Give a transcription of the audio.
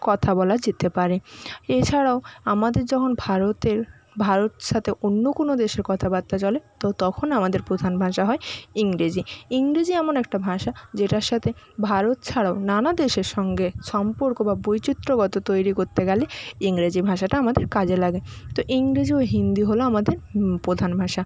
কথা বলা যেতে পারে এছাড়াও আমাদের যখন ভারতের ভারতের সাথে অন্য কোনো দেশের কথাবার্তা চলে তো তখন আমাদের প্রধান ভাষা হয় ইংরেজি ইংরেজি এমন একটা ভাষা যেটার সাথে ভারত ছাড়াও নানা দেশের সঙ্গে সম্পর্ক বা বৈচিত্র্যগত তৈরি করতে গেলে ইংরেজি ভাষাটা আমাদের কাজে লাগে তো ইংরেজি ও হিন্দি হলো আমাদের প্রধান ভাষা